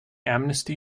amnesty